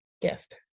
gift